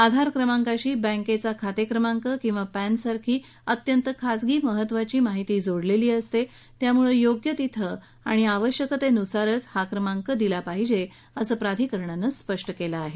आधारक्रमांकाशी बँकेचा खातेक्रमांक किंवा पॅनसारखी अत्यंत खाजगी महत्त्वाची माहिती जोडलेली असते त्यामुळे योग्य तिथं गरजेनुसारच हा क्रमांक दिला पाहिजे असं प्रधिकरणानं म्हटलं आहे